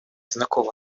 знакомая